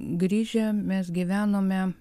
grįžę mes gyvenome